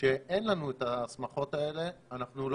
כשאין לנו את ההסמכות האלה אנחנו לא